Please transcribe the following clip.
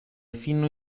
fino